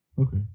Okay